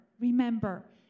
remember